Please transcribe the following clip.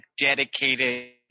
dedicated